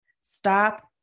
Stop